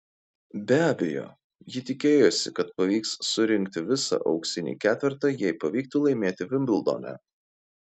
be abejo ji tikėjosi kad pavyks surinkti visą auksinį ketvertą jei pavyktų laimėti vimbldone